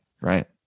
Right